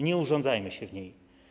Nie urządzajmy się w niej.